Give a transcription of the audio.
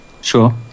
sure